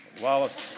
Wallace